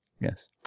Yes